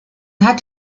hat